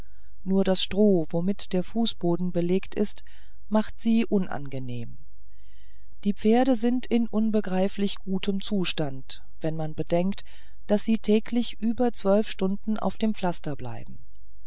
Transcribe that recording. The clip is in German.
nur das stroh womit der fußboden belegt ist macht sie unangenehm die pferde sind in unbegreiflich gutem zustande wenn man bedenkt daß sie täglich über zwölf stunden auf dem pflaster bleiben